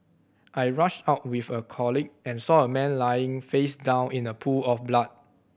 I rushed out with a colleague and saw a man lying face down in a pool of blood